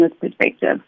perspective